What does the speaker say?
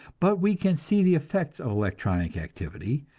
but we can see the effects of electronic activity,